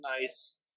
nice